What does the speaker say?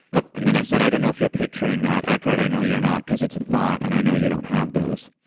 and then i said i don't know if you're picturing that. eckhart, i know you're not because it's a thought, and i knew you don't have those.